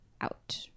out